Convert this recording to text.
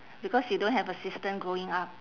because you don't have a sister growing up